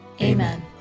Amen